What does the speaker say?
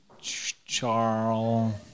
Charles